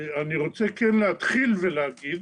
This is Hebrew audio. אני רוצה כן להתחיל ולהגיד